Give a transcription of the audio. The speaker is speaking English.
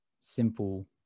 simple